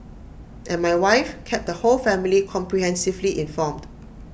and my wife kept the whole family comprehensively informed